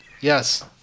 Yes